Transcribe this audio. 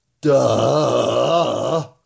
Duh